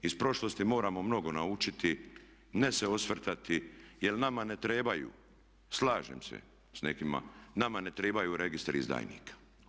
Iz prošlosti moramo mnogo naučiti, ne se osvrtati jer nama ne trebaju, slažem se s nekima nama ne trebaju registri izdajnika.